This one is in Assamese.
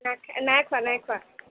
নাই খোৱা নাই খোৱা নাই খোৱা